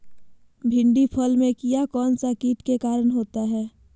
भिंडी फल में किया कौन सा किट के कारण होता है?